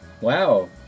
Wow